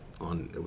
on